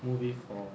movie for